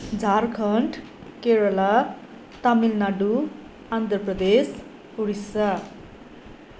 Jharkhand Kerala Tamil Nadu Andhra Pradesh Odisha